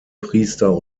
priester